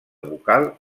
vocal